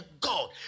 god